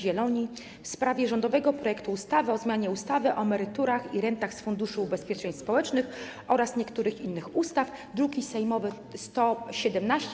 Zieloni w sprawie rządowego projektu ustawy o zmianie ustawy o emeryturach i rentach z Funduszu Ubezpieczeń Społecznych oraz niektórych innych ustaw, druki sejmowe nr 117,